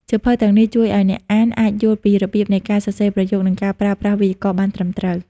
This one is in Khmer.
សៀវភៅទាំងនេះជួយឲ្យអ្នកអានអាចយល់ពីរបៀបនៃការសរសេរប្រយោគ និងការប្រើប្រាស់វេយ្យាករណ៍បានត្រឹមត្រូវ។